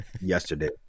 yesterday